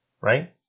Right